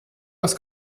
aus